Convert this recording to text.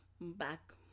back